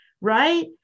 right